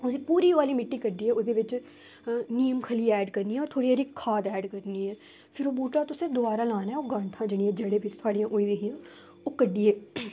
उसी पूरी ओह् आह्ली मिट्टी कड्ढियै ओह्दे बिच्च नीम खली ऐड करनी ऐ थोह्ड़ी हारी खाद ऐड करनी ऐ फिर ओह् बूह्टा तुसें दबारा लाना ऐ ओह् गांठा जेह्ड़ियां जड़ें बिच्च थुआड़ियां होई दियां हियां ओह् कड्ढियै